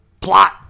Plot